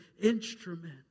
instrument